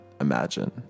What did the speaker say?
imagine